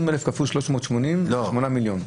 20,000 כפול 380 זה 8 מיליון.